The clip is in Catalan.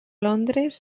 londres